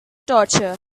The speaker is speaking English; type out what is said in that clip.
torture